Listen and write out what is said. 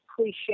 cliche